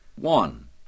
One